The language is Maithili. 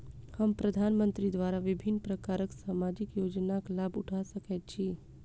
हम प्रधानमंत्री द्वारा विभिन्न प्रकारक सामाजिक योजनाक लाभ उठा सकै छी?